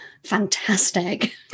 fantastic